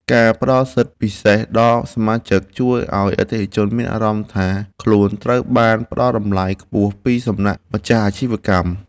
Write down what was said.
ការផ្តល់សិទ្ធិពិសេសដល់សមាជិកជួយឱ្យអតិថិជនមានអារម្មណ៍ថា ខ្លួនត្រូវបានផ្តល់តម្លៃខ្ពស់ពីសំណាក់ម្ចាស់អាជីវកម្ម។